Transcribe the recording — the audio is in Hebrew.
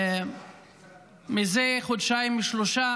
זה חודשיים-שלושה